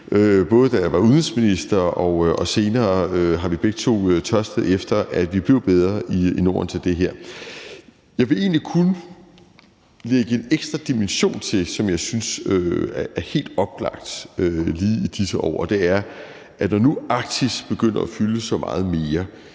huske, da jeg var udenrigsminister, og senere har vi begge to tørstet efter, at vi blev bedre i Norden til det her. Jeg vil egentlig kun lægge en ekstra dimension til, som jeg synes er helt oplagt lige i disse år, og det er, at når nu Arktis er begyndt at fylde så meget mere,